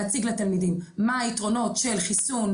להציג לתלמידים מה היתרונות של חיסון,